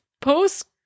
post